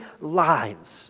lives